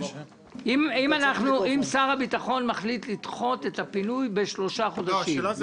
אם שר הביטחון מחליט לדחות את הפינוי בשלושה חודשים,